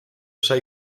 sai